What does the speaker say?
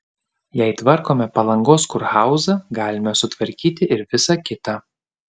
jei tvarkome palangos kurhauzą galime sutvarkyti ir visa kita